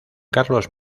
carlos